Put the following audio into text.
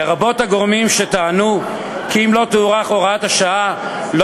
לרבות הגורמים שטענו כי אם לא תוארך הוראת השעה לא